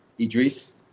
Idris